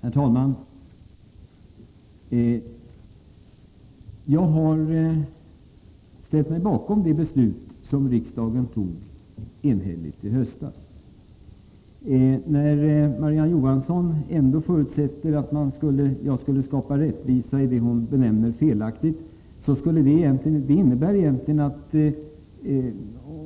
Herr talman! Jag har ställt mig bakom det beslut som riksdagen enhälligt fattade i höstas. När Marie-Ann Johansson ändå förutsätter att jag skall skapa rättvisa i det hon benämner som felaktigt, innebär det egentligen att